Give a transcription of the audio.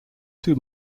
two